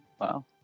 Wow